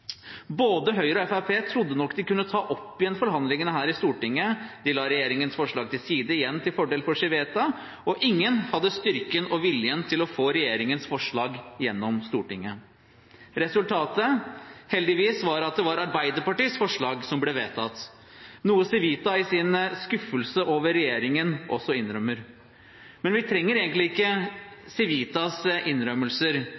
Både Høyre og Fremskrittspartiet trodde nok de kunne ta opp igjen forhandlingene her i Stortinget. De la regjeringens forslag til side, igjen til fordel for Civita, og ingen hadde styrken eller viljen til å få regjeringens forslag gjennom i Stortinget. Resultatet var – heldigvis – at det var Arbeiderpartiets forslag som ble vedtatt, noe Civita i sin skuffelse over regjeringen også innrømmer. Men vi trenger egentlig